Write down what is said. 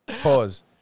Pause